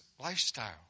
lifestyle